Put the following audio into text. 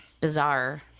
bizarre